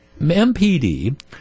MPD